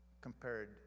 compared